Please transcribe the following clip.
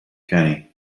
kenny